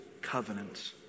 covenants